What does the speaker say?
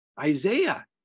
isaiah